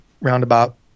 roundabout